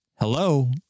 hello